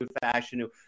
fashion